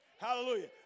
Hallelujah